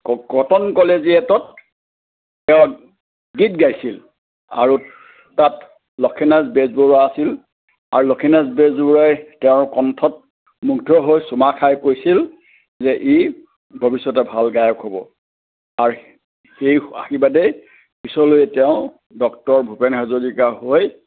ক কটন কলেজিয়েটত তেওঁ গীত গাইছিল আৰু তাত লক্ষ্মীনাথ বেজবৰুৱা আছিল আৰু লক্ষ্মীনাথ বেজবৰুৱাই তেওঁৰ কণ্ঠত মুগ্ধ হৈ চুমা খাই কৈছিল যে ই ভৱিষ্যতে ভাল গায়ক হ'ব আৰু সেই আশীৰ্বাদেই পিছলৈ তেওঁ ডক্তৰ ভূপেন হাজৰিকা হৈ